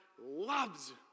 loves